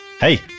hey